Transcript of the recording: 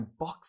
unboxing